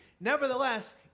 Nevertheless